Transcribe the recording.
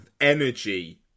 energy